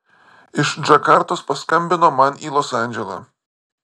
iš džakartos paskambino man į los andželą